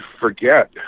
forget